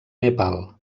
nepal